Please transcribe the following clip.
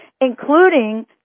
including